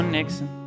Nixon